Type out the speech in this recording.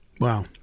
Wow